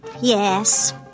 Yes